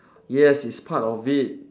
yes it's part of it